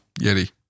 Yeti